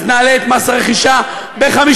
אז נעלה את מס הרכישה ב-50%,